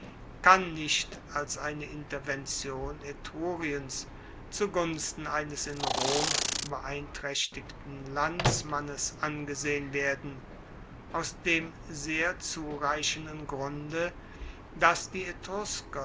kann nicht als eine intervention etruriens zu gunsten eines in rom beeintraechtigten landsmannes angesehen werden aus dem sehr zureichenden grunde dass die